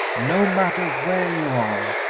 no matter where you are,